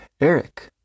Eric